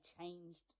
changed